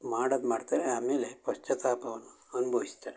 ಮಾಡೋದು ಮಾಡ್ತಾರೆ ಆಮೇಲೆ ಪಶ್ಚಾತಾಪವನ್ನು ಅನುಭವಿಸ್ತಾರೆ